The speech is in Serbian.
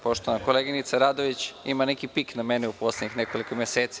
Poštovana koleginica Radović ima neki pik na mene u poslednjih nekoliko meseci.